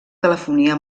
telefonia